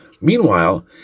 Meanwhile